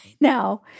now